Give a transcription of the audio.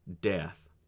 death